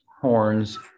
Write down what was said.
horns